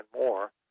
more